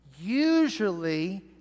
usually